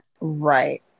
right